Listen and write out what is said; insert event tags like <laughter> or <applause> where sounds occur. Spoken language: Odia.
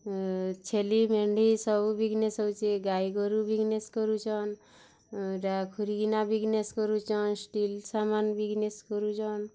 ଏ ଛେଲି ମେଣ୍ଡି ସବୁ ବିଜିନେସ୍ ହେଉଛି ଗାଈଗୋରୁ ବିଜିନେସ୍ କରୁଛନ୍ <unintelligible> ବିଜିନେସ୍ କରୁଛନ୍ ଷ୍ଟିଲ୍ ସାମାନ୍ ବିଜିନେସ୍ କରୁଛନ୍